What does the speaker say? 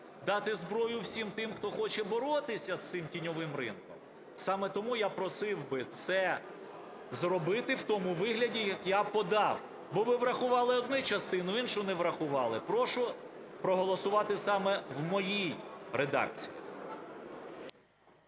дати зброю всім тим, хто хоче боротися з цим тіньовим ринком. Саме тому я просив би це зробити в тому вигляді, як я подав, бо ви врахували одну частину, іншу не врахували. Прошу проголосувати саме в моїй редакції.